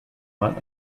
mann